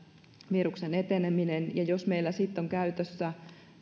viruksen eteneminen ja jos meillä sitten on käytössä